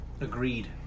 Agreed